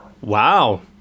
wow